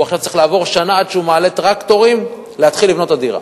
עכשיו הוא צריך לעבור שנה עד שהוא מעלה טרקטורים להתחיל לבנות את הדירה.